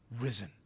risen